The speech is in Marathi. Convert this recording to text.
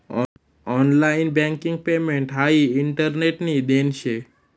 ऑनलाइन बँकिंग पेमेंट हाई इंटरनेटनी देन शे